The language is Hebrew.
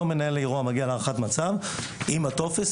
אותו מנהל אירוע מגיע להערכת מצב עם הטופס,